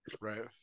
Right